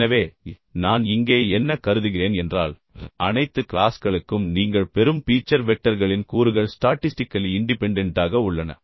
எனவே நான் இங்கே என்ன கருதுகிறேன் என்றால் அனைத்து க்ளாஸ்களுக்கும் நீங்கள் பெறும் பீச்சர் வெக்டர்களின் கூறுகள் ஸ்டாட்டிஸ்டிக்கலி இண்டிபெண்டெண்ட்டாக உள்ளன